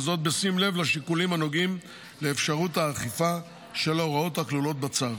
וזאת בשים לב לשיקולים הנוגעים לאפשרות האכיפה של ההוראות הכלולות בצו.